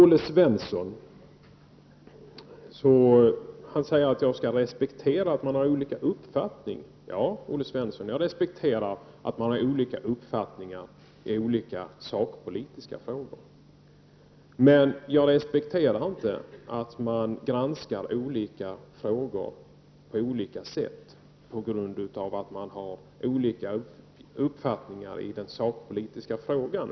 Olle Svensson säger att jag skall respektera att man har olika uppfattning. Ja, Olle Svensson, jag respekterar att man har olika uppfattningar i olika sakpolitiska frågor. Men jag respekterar inte att man granskar olika frågor på olika sätt, på grund av att man har olika uppfattningar i den sakpolitiska frågan.